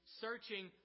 Searching